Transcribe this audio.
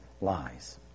lies